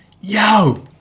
yo